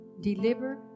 deliver